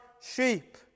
sheep